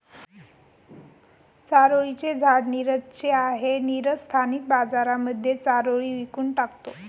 चारोळी चे झाड नीरज ची आहे, नीरज स्थानिक बाजारांमध्ये चारोळी विकून टाकतो